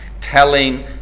telling